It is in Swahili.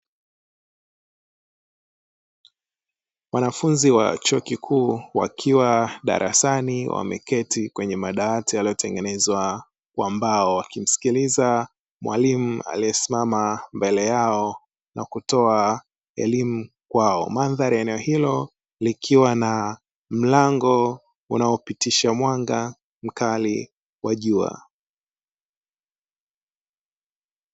Wanafunzi wa chuo kikuu wakiwa darasani wameketi kwenye madawati yaliyotengenezwa kwa mbao, wakimsikiliza mwalimu aliyesimama mbele yao na kutoa elimu kwao. Mandhari eneo hilo likiwa na mlango unaopitisha mwanga mkali wa jua.